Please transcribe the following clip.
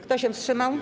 Kto się wstrzymał?